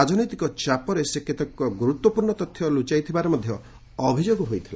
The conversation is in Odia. ରାଜନୈତିକ ଚାପରେ ସେ କେତେକ ଗୁରୁତ୍ୱପୂର୍ଣ୍ଣ ତଥ୍ୟ ଲୁଚାଇଥିବା ଅଭିଯୋଗ ହୋଇଥିଲା